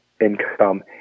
income